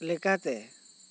ᱞᱮᱠᱟᱛᱮ